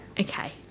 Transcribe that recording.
Okay